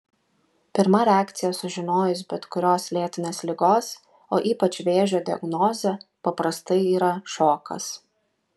pirma reakcija sužinojus bet kurios lėtinės ligos o ypač vėžio diagnozę paprastai yra šokas